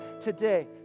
today